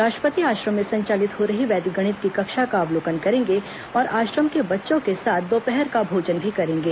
राष्ट्रपति आश्रम में संचालित हो रही वैदिक गणित की कक्षा का अवलोकन करेंगे और आश्रम के बच्चों के साथ दोपहर का भोजन भी करेंगे